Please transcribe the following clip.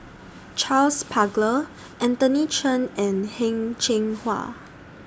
Charles Paglar Anthony Chen and Heng Cheng Hwa